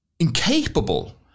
incapable